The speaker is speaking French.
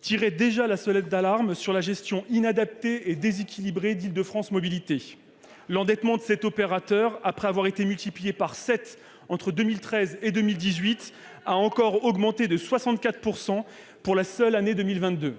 tirait déjà la sonnette d'alarme au sujet de la gestion inadaptée et déséquilibrée d'Île-de-France Mobilités. L'endettement de cet opérateur, après avoir été multiplié par sept entre 2013 et 2018, a encore augmenté de 64 % pour la seule année 2022.